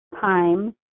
time